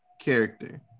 character